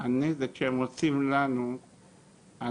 הנזק שהם עושים לנו נפשית